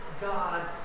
God